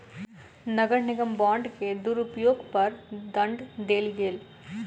नगर निगम बांड के दुरूपयोग पर दंड देल गेल